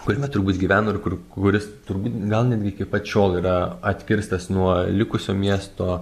kuriame turbūt gyveno ir kur kuris turbūt gal netgi iki pat šiol yra atkirstas nuo likusio miesto